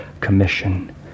commission